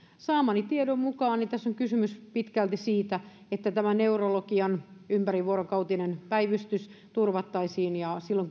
saamani tiedon mukaan tässä on kysymys pitkälti siitä että tämä neurologian ympärivuorokautinen päivystys turvattaisiin ja silloin